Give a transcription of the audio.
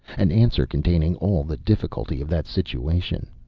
an answer containing all the difficulty of that situation.